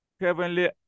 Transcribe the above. Heavenly